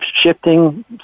shifting